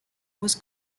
was